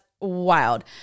wild